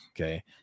okay